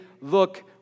look